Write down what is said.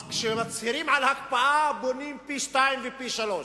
אז כשמצהירים על הקפאה בונים פי-שניים ופי-שלושה,